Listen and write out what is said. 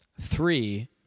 Three